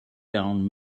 down